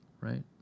right